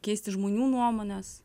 keisti žmonių nuomones